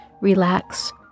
relax